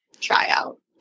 tryout